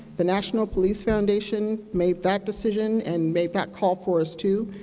the national police foundation made that decision and made that call for us too.